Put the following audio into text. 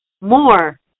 more